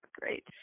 great